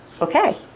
okay